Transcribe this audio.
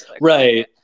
Right